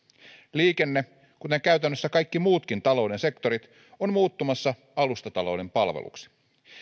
liikenne kuten käytännössä kaikki muutkin talouden sektorit on muuttumassa alustatalouden palveluksi